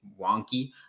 wonky